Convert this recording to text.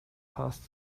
passed